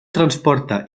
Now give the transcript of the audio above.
transporta